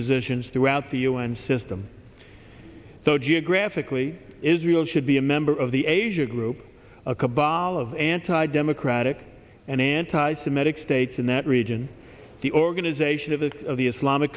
positions throughout the un system so geographically israel should be a member of the asia group a cabal of anti democratic and anti semitic states in that region the organization of the of the islamic